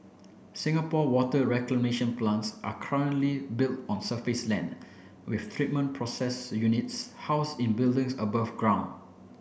Singapore water reclamation plants are currently built on surface land with treatment process units housed in buildings above ground